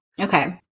Okay